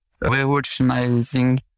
Revolutionizing